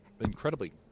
incredibly